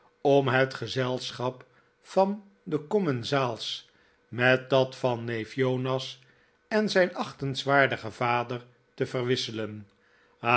om het gezelschap van de commensaals met dat van neef jonas en zij n achtenswaardigen vader te verwisselen